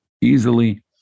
easily